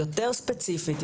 יותר ספציפית,